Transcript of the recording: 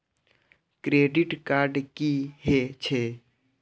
Credit card की हे छे?